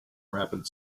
rapid